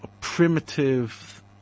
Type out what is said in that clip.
primitive